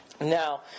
Now